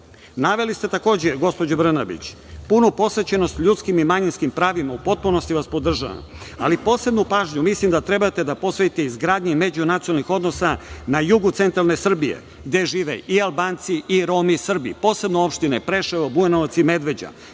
države. Naveli ste, takođe, gospođo Brnabić, punu posvećenost ljudskim i manjinskim pravima. U potpunosti vas podržavam. Ali, posebnu pažnju mislim da treba da posvetite izgradnji međunacionalnih odnosa na jugu centralne Srbije, gde žive i Albanci i Romi i Srbi, posebno opštine Preševo, Bujanovac i Medveđa.